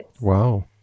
Wow